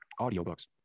Audiobooks